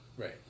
Right